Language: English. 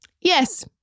Yes